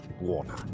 Warner